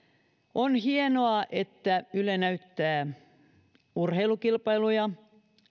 on hienoa että yle näyttää urheilukilpailuja